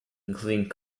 including